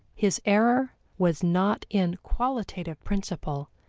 his error was not in qualitative principle,